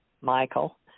Michael